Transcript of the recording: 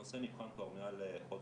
הנושא נבחן כבר מעל חודש,